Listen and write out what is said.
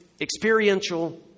experiential